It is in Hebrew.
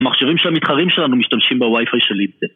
המכשירים של המתחרים שלנו משתמשים בווי-פיי של אינטל